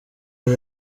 are